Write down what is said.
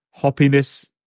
hoppiness